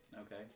Okay